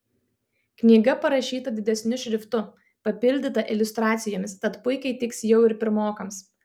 knyga parašyta didesniu šriftu papildyta iliustracijomis tad puikiai tiks jau ir pirmokams